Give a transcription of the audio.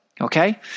okay